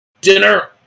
dinner